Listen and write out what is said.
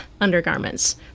undergarments